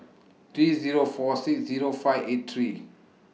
three Zero four six Zero five eight three